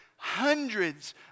hundreds